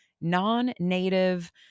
non-native